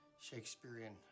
Shakespearean